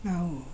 ನಾವು